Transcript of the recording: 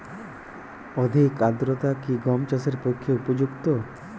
অধিক আর্দ্রতা কি গম চাষের পক্ষে উপযুক্ত?